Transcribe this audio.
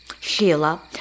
Sheila